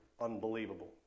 unbelievable